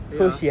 ya